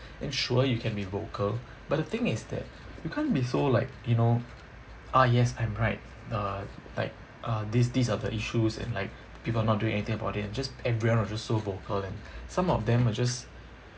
and sure you can be vocal but the thing is that you can't be so like you know ah yes I'm right uh like uh this this are the issues and like people are not doing anything about it and just everyone were just so vocal and some of them are just